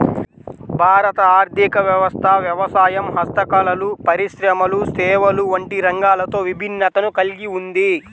భారత ఆర్ధిక వ్యవస్థ వ్యవసాయం, హస్తకళలు, పరిశ్రమలు, సేవలు వంటి రంగాలతో విభిన్నతను కల్గి ఉంది